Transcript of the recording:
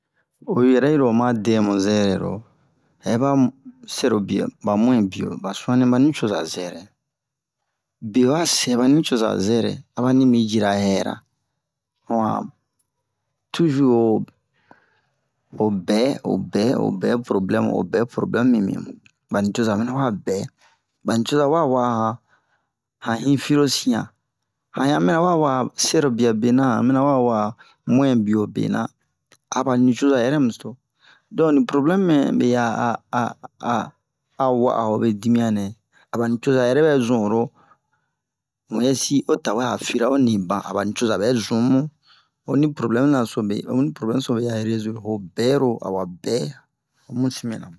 O yɛrɛ iro oma dɛmu zɛrɛ ro yɛba mu sɛrobiya ba mu'in-biya ba suwani ba nicoza zɛrɛ biyo wa sɛ ba nicoza zɛrɛ a bani mi jira hɛra mu'a tuzur ho bɛ ho bɛ ho bɛ probilɛmu ho bɛ probilɛmu mimi ba nicoza mina wa bɛn ba nicoza wa wa'a han hin-firo siyan han yan mina wa wa'a sɛrobiya bena han mina wa wa'a mu'in-biyo bena a ba nicoza yɛrɛ miso don ni probilɛmu nɛ mɛya a a wa'a hobe dimiyan nɛ a ba nicoza yɛrɛ bɛ zun oro muyɛsi o tawɛ a fira wa niban a ba nicoza bɛ zumu o ni probilɛmu na so me ho ni probilɛmu so mɛya rezoli ho bɛro awa bɛn ho mu sin mɛna mu